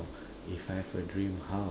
if I've a dream house